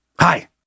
Hi